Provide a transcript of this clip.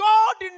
God